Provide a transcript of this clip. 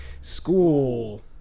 school